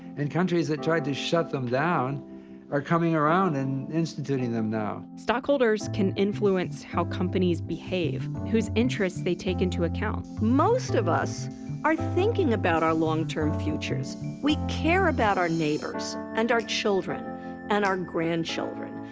and countries that tried to shut them down are coming around and instituting them now. stockholders can influence how companies behave, whose interest they take into account. most of us are thinking about our long-term futures. we care about our neighbors and our children and our grandchildren.